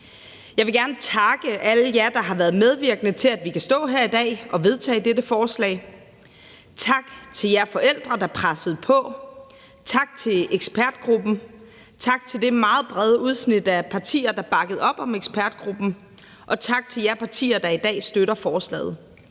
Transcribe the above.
Jeg vil gerne takke alle jer, der har været medvirkende til, at vi kan stå her i dag og vedtage dette forslag. Tak til jer forældre, der pressede på; tak til ekspertgruppen; tak til det meget brede udsnit af partier, der bakkede op om ekspertgruppen; og tak til jer partier, der i dag støtter forslaget.